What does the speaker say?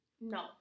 No